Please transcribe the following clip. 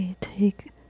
take